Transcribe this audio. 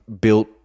built